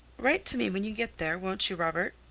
write to me when you get there, won't you, robert?